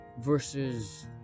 Versus